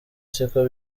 siko